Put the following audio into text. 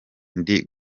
ndi